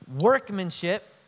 workmanship